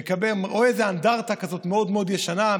רואה איזו אנדרטה כזאת מאוד מאוד ישנה,